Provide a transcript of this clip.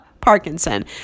Parkinson